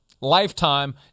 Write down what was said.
lifetime